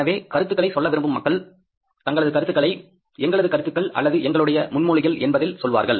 எனவே கருத்துக்களை சொல்ல விரும்பும் மக்கள் தங்களது கருத்துக்களை எங்களது கருத்துக்கள் அல்லது எங்களுடைய முன்மொழிகள் என்பதில் சொல்வார்கள்